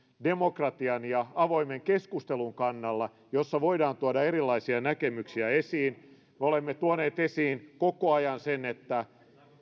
demokratian ja avoimen keskustelun kannalla jossa voidaan tuoda erilaisia näkemyksiä esiin me olemme tuoneet esiin koko ajan sen että